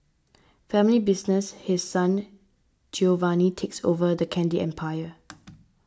family business His Son Giovanni takes over the candy empire